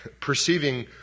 perceiving